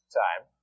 time